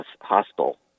hostile